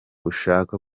ushaka